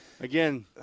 Again